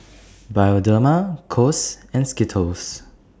Bioderma Kose and Skittles